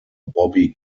bobby